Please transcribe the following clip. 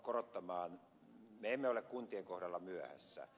me emme ole kuntien kohdalla myöhässä